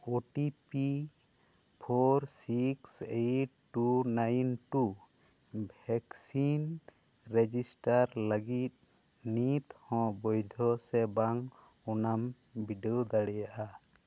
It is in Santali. OTP four six eight two nine two vaccine register ᱞᱟᱹᱜᱤᱫ ᱱᱤᱛ ᱦᱚᱸ ᱵᱳᱭᱫᱷᱚ ᱥᱮ ᱵᱟᱝ ᱚᱱᱟᱢ ᱵᱤᱰᱟᱹᱣ ᱫᱟᱲᱮᱭᱟᱜᱼᱟ